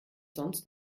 sonst